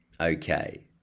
Okay